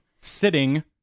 sitting